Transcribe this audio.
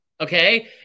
Okay